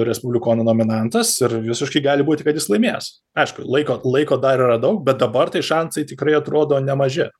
respublikonų nominantas ir visiškai gali būti kad jis laimės aišku laiko laiko dar yra daug bet dabar tai šansai tikrai atrodo nemaži